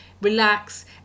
relax